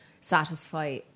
satisfy